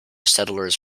settlers